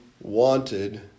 wanted